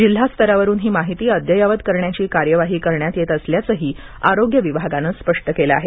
जिल्हास्तरावरुन ही माहिती अद्ययावत करण्याची कार्यवाही करण्यात येत असल्याचणही आरोग्य विभागानं स्पष्ट केलं आहे